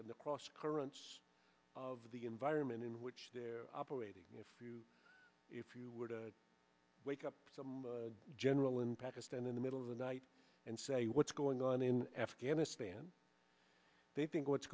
the cross currents of the environment in which they're operating if you were to wake up some general in pakistan in the middle of the night and say what's going on in afghanistan they think what's